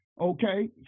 okay